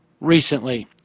Recently